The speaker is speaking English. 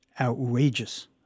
outrageous